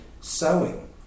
sewing